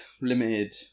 limited